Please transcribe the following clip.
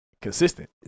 Consistent